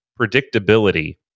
predictability